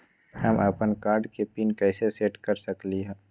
हम अपन कार्ड के पिन कैसे सेट कर सकली ह?